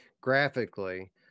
graphically